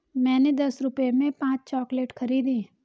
मैंने दस रुपए में पांच चॉकलेट खरीदी